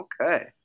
Okay